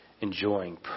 enjoying